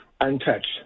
untouched